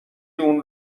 اون